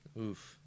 Oof